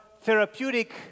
therapeutic